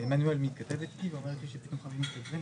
היתה החלטת ממשלה לפני שבוע שאישרה העלאה של עוד 3,000 ממתינים,